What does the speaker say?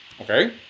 Okay